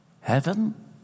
Heaven